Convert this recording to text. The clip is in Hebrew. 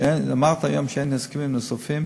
אמרת היום שאין הסכמים נוספים.